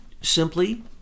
simply